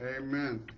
Amen